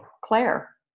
claire